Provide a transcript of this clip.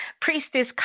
Priestess